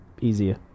easier